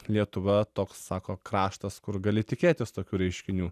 lietuva toks sako kraštas kur gali tikėtis tokių reiškinių